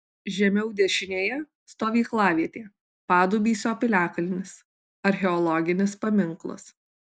žemiau dešinėje stovyklavietė padubysio piliakalnis archeologinis paminklas